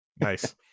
Nice